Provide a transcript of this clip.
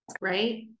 Right